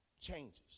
changes